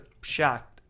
shocked